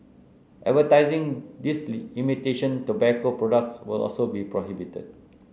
advertising these imitation tobacco products will also be prohibited